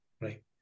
right